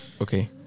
Okay